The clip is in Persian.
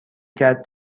کرد